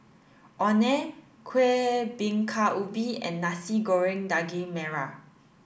Orh Nee Kueh Bingka Ubi and Nasi Goreng Daging Merah